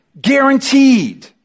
Guaranteed